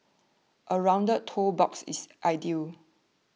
a rounded toe box is ideal